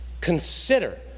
consider